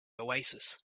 oasis